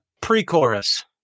Pre-chorus